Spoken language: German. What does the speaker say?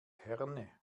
herne